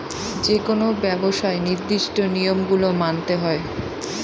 যেকোনো ব্যবসায় নির্দিষ্ট নিয়ম গুলো মানতে হয়